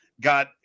got